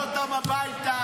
נביא אותם הביתה,